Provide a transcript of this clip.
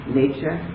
nature